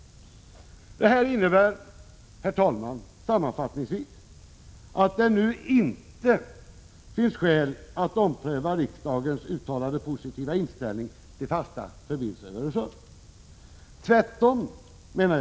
Detta innebär, herr talman, sammanfattningsvis att det nu inte finns skäl att ompröva riksdagens uttalade positiva inställning till fasta förbindelser över Öresund.